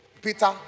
Peter